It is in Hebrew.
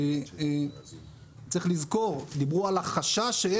דיברו על החשש,